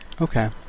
Okay